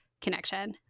connection